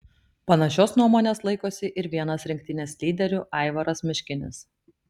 panašios nuomonės laikosi ir vienas rinktinės lyderių aivaras meškinis